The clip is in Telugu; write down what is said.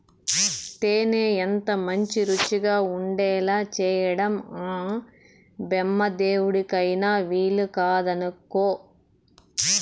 తేనె ఎంతమంచి రుచిగా ఉండేలా చేయడం ఆ బెమ్మదేవుడికైన వీలుకాదనుకో